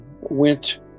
went